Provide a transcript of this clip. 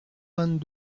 vingt